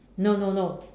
no no no